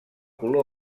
color